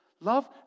Love